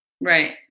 Right